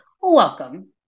Welcome